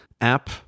app